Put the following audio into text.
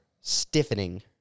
stiffening